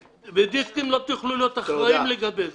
ודיסקים, לא תוכלו להיות אחראים לגבי זה.